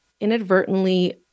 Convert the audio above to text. inadvertently